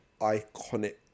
iconic